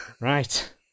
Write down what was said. Right